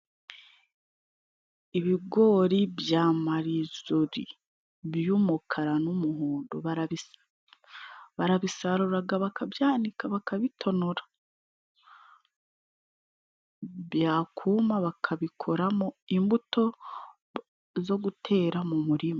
Ibigori bya marizori by'umukara n'umuhondo barabisaruraga bakabyanika ,bakabitonora ,byakuma bakabikoramo imbuto zo gutera mu murima.